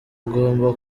agomba